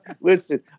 listen